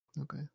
Okay